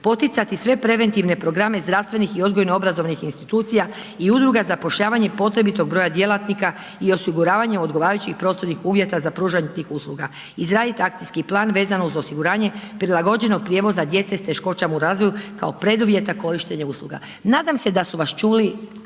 poticati sve preventivne programe zdravstvenih i odgojno-obrazovnih institucija i udruga zapošljavanja i potrebitog broja djelatnika i osiguravanje odgovarajućih prostornih uvjeta za pružanje tih usluga, izraditi akcijski plan vezano uz osiguranje prilagođenog prijevoza djece s teškoćama u razvoju kao preduvjeta korištenja usluga. Nadam se da su vas čuli